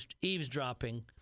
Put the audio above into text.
eavesdropping